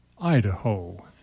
Idaho